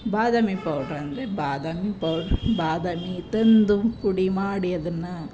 ಬಾದಾಮಿ powder ಅಂದರೆ ಬಾದಾಮಿ powder ಬಾದಾಮಿ ತಂದು ಪುಡಿ ಮಾಡಿ ಅದನ್ನು